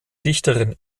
dichterin